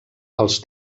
els